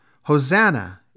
Hosanna